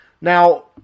Now